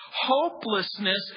Hopelessness